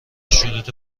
شروط